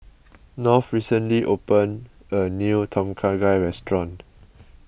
North recently opened a new Tom Kha Gai restaurant